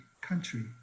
country